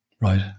Right